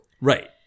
Right